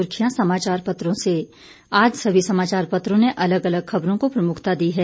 सुर्खियां समाचार पत्रों से आज सभी समाचार पत्रों ने अलग अलग ख़बरों को प्रमुखता दी है